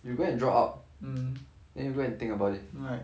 you go and draw out then you go and think about it right